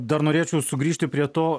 dar norėčiau sugrįžti prie to